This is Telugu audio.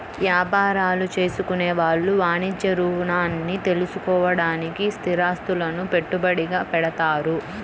యాపారాలు చేసుకునే వాళ్ళు వాణిజ్య రుణాల్ని తీసుకోడానికి స్థిరాస్తులను పెట్టుబడిగా పెడతారు